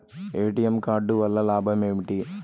ATM card వల్ల లాభం ఏమిటి?